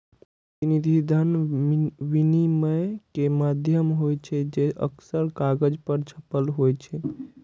प्रतिनिधि धन विनिमय के माध्यम होइ छै, जे अक्सर कागज पर छपल होइ छै